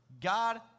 God